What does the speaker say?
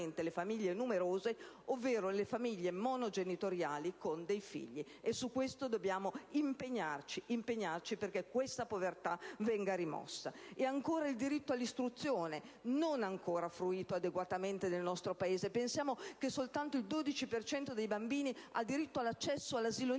le famiglie numerose, ovvero le famiglie monogenitoriali con dei figli; dobbiamo impegnarci perché questa povertà venga rimossa. E, ancora, il diritto all'istruzione, non ancora fruito adeguatamente nel nostro Paese: pensiamo che soltanto il 12 per cento dei bambini ha diritto all'accesso all'asilo nido;